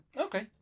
Okay